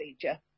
procedure